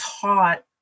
taught